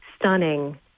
stunning